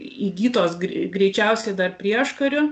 įgytos grei greičiausiai dar prieškariu